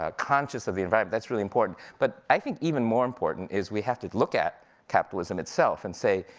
ah conscious of the environment, that's really important. but i think even more important, is we have to look at capitalism itself, and say,